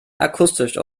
akustisch